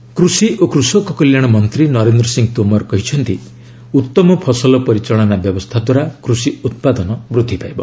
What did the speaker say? ତୋମର ଫାମସ କୃଷି ଓ କୃଷକ କଲ୍ୟାଣ ମନ୍ତ୍ରୀ ନରେନ୍ଦ୍ର ସିଂହ ତୋମର କହିଛନ୍ତି ଉତ୍ତମ ଫସଲ ପରିଚାଳନା ବ୍ୟବସ୍ଥା ଦ୍ୱାରା କୃଷି ଉତ୍ପାଦନ ବୃଦ୍ଧି ପାଇବ